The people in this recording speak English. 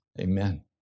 Amen